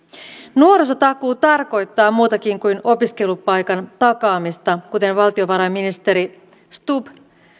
nuorisotakuu tarkoittaa muutakin kuin opiskelupaikan takaamista kuten valtiovarainministeri stubb